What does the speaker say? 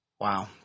Wow